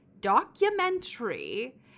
documentary